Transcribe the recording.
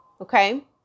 Okay